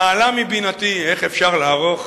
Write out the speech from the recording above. נעלה מבינתי, איך אפשר לערוך